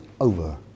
over